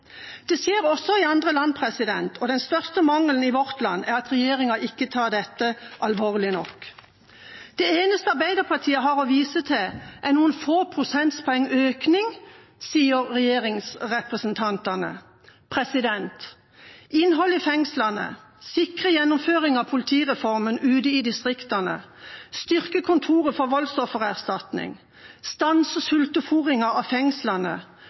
Det skjer også i andre land. Den største mangelen i vårt land er at regjeringa ikke tar dette alvorlig nok. Det eneste Arbeiderpartiet har å vise til, er noen få prosentpoengs økning, sier regjeringsrepresentantene. Å ha innhold i fengslene, sikre gjennomføring av politireformen ute i distriktene, styrke kontoret for voldsoffererstatning, stanse sultefôringen av fengslene